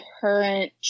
current